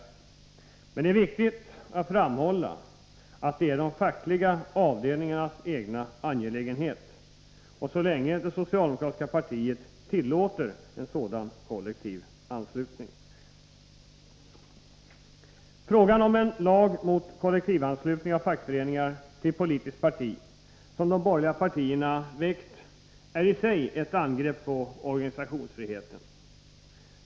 Det är emellertid viktigt att framhålla att detta är de fackliga avdelningarnas egen angelägenhet, så länge det socialdemokratiska partiet tillåter en sådan kollektiv anslutning. Förslaget om en lag mot kollektivanslutning av fackföreningar till politiskt parti, som de borgerliga partierna väckt, är i sig ett angrepp på organisationsfriheten.